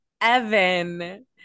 Evan